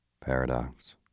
Paradox